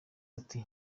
ati